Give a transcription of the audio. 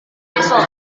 besok